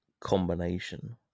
combination